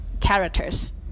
characters